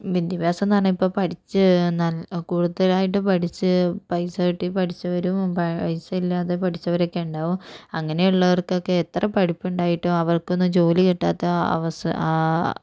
വിദ്ധ്യഭ്യാസമെന്ന് പറഞ്ഞാൽ ഇപ്പം പഠിച്ച് നൽ കൂടുതലായിട്ട് പഠിച്ച് പൈസ കിട്ടി പഠിച്ചവരും പൈസ ഇല്ലാതെ പഠിച്ചവരൊക്കെ ഉണ്ടാകും അങ്ങനെയുള്ളവർക്കൊക്കെ എത്ര പഠിപ്പുണ്ടായിട്ടും അവർക്കൊന്നും ജോലി കിട്ടാത്ത അവസ